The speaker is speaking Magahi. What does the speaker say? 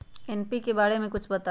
एन.पी.के बारे म कुछ बताई?